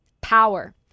power